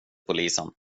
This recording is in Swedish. polisen